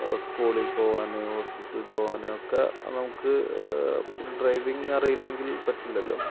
സ്കൂളിൽ പോവാന് ഹോസ്പിറ്റലിൽ പോവാന് ഒക്കെ നമുക്ക് ഡ്രൈവിംഗ് അറിയില്ലെങ്കിൽ പറ്റില്ലല്ലോ